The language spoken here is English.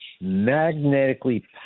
Magnetically